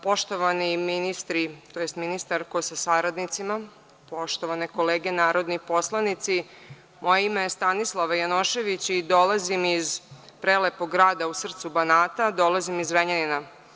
Poštovani ministri tj. ministarko sa saradnicima, poštovane kolege narodni poslanici, moje ime je Stanislava Janošević i dolazim iz prelepog grada u srcu Banata, dolazim iz Zrenjanina.